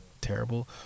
terrible